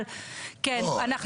אבל כן,